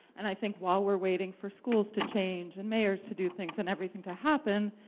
and i think while we're waiting for schools to change, and mayors to do things, and everything to happen,